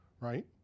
right